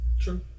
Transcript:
True